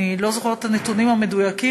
אני לא זוכרת את הנתונים המדויקים,